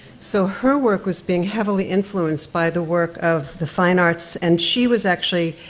so, her work was being heavily influenced by the work of the fine arts, and she was, actually,